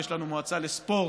ויש לנו מועצה לספורט,